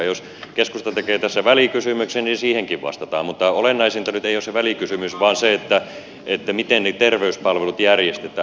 jos keskusta tekee tässä välikysymyksen niin siihenkin vastataan mutta olennaisinta nyt ei ole se välikysymys vaan se miten ne terveyspalvelut järjestetään